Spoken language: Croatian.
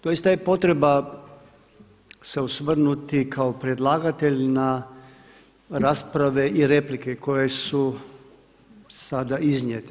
Doista je potreba se osvrnuti kao predlagatelj na rasprave i replike koje su sada iznijete.